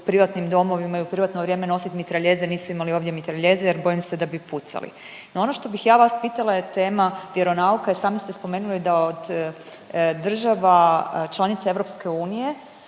privatnim domovima i u privatno vrijeme nosit mitraljeze, nisu imali ovdje mitraljeze jer bojim se da bi pucali. No ono što bih ja vas pitala je tema vjeronauka, i sami ste spomenuli da od država članica EU ustvari